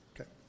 Okay